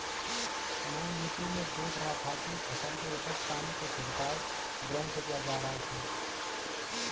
मैं यूट्यूब में देख रहा था कि फसल के ऊपर पानी का छिड़काव ड्रोन से किया जा रहा है